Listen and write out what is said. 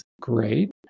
Great